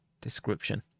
description